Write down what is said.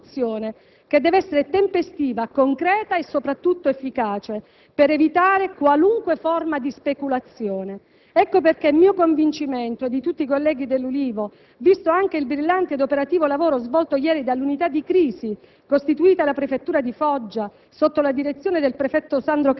impongono un impegno immediato anche per la fase di ricostruzione, che dev'essere tempestiva, concreta e soprattutto efficace, per evitare qualunque forma di speculazione. Ecco perché è mio convincimento e di tutti i colleghi dell'Ulivo, visto anche il brillante ed operativo lavoro svolto ieri dall'unità di crisi